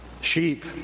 sheep